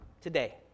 today